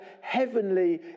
heavenly